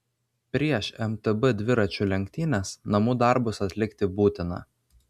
prieš mtb dviračių lenktynes namų darbus atlikti būtina